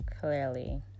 clearly